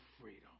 freedom